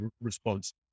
response